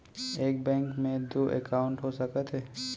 एक बैंक में दू एकाउंट हो सकत हे?